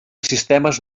sistemes